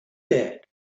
that